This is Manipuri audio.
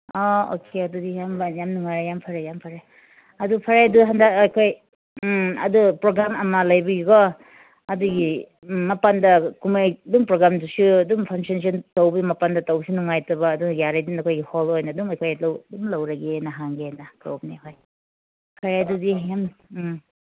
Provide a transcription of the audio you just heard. ꯑꯥ ꯑꯣꯀꯦ ꯑꯗꯨꯗꯤ ꯌꯥꯝ ꯌꯥꯝ ꯅꯨꯡꯉꯥꯏꯔꯦ ꯌꯥꯝ ꯐꯔꯦ ꯌꯥꯝ ꯐꯔꯦ ꯑꯗꯨ ꯐꯔꯦ ꯑꯗꯨ ꯍꯟꯗꯛ ꯑꯩꯈꯣꯏ ꯑꯗꯨ ꯄ꯭ꯔꯣꯒ꯭ꯔꯥꯝ ꯑꯃ ꯂꯩꯕꯒꯤꯀꯣ ꯑꯗꯨꯒꯤ ꯃꯄꯥꯟꯗ ꯀꯨꯝꯍꯩ ꯑꯗꯨꯝ ꯄ꯭ꯔꯣꯒ꯭ꯔꯥꯝꯗꯨꯁꯨ ꯑꯗꯨꯝ ꯐꯪꯁꯟꯁꯨ ꯑꯗꯨꯝ ꯇꯧꯕ ꯃꯄꯥꯟꯗ ꯇꯧꯕꯁꯨ ꯅꯨꯉꯥꯏꯇꯕ ꯑꯗꯨ ꯌꯥꯔꯗꯤ ꯅꯈꯣꯏꯒꯤ ꯍꯣꯜ ꯑꯣꯏꯅ ꯑꯗꯨꯝ ꯑꯩꯈꯣꯏꯗꯣ ꯑꯗꯨꯝ ꯂꯧꯔꯒꯦꯅ ꯍꯪꯒꯦꯅ ꯇꯧꯕꯅꯦ ꯍꯣꯏ ꯐꯔꯦ ꯑꯗꯨꯗꯤ ꯌꯥꯝ ꯎꯝ